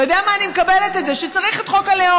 אתה יודע מה, אני מקבלת את זה שצריך את חוק הלאום.